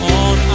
on